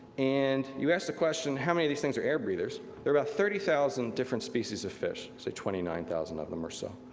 and you ask the question, how many of these things are air breathers? there are about thirty thousand different species of fish, say twenty nine thousand of them or so.